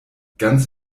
ganz